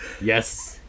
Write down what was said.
Yes